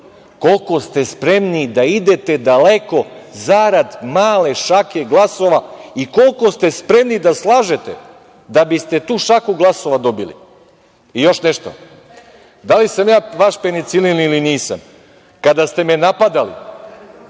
koliko ste spremni da idete daleko zarad male šake glasova i koliko ste spremni da slažete da biste tu šaku glasova dobili. Još nešto, da li sam ja vaš penicilin ili nisam, kada ste me napadali